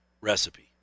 recipe